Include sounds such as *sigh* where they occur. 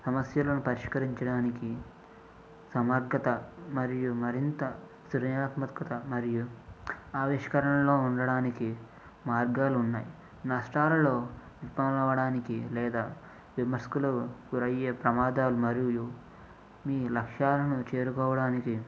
సమస్యలను పరిక్షించడానికి సమర్గత మరియు మరింత సృజనాత్మతకత మరియు ఆవిష్కరణలో ఉండడానికి మార్గాలు ఉన్నాయి నష్టాలలో *unintelligible* అవడానికి లేదా విమర్శకులు గురయ్యే ప్రమాదాలు మరియు మీ లక్ష్యాలను చేరుకోడానికి